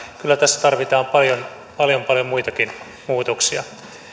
kyllä tässä tarvitaan paljon paljon paljon muitakin muutoksia